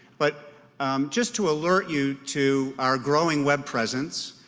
but just to alert you to our growing web presence,